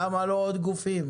למה לא עוד גופים?